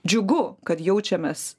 džiugu kad jaučiamės